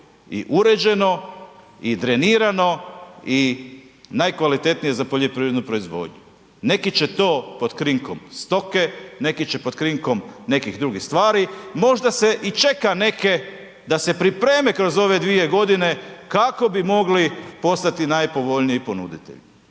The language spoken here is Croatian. i uređeno i drenirano i najkvalitetnije za poljoprivrednu proizvodnju. Neki će to pod krinkom stoke, neki će pod krinkom nekih drugih stvari, možda se i čeka neke da se pripreme kroz ove dvije godine kako bi mogli postati najpovoljniji ponuditelji.